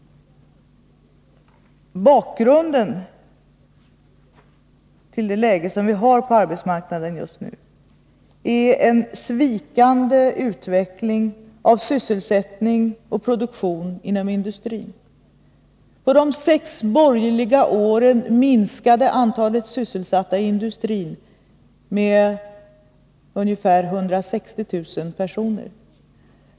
Bakgrunden till det läge som vi just nu har på arbetsmarknaden är en vikande utveckling av sysselsättning och produktion inom industrin. På de sex borgerliga åren minskade antalet sysselsatta i industrin med ungefär 160 000 personer.